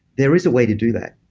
there is a way to do that.